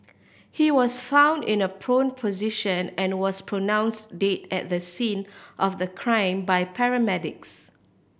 he was found in a prone position and was pronounced dead at the scene of the crime by paramedics